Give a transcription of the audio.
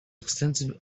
extensive